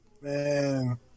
Man